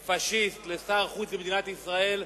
שהמלה "פאשיסט" לשר חוץ במדינת ישראל,